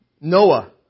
Noah